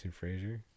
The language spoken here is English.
Frasier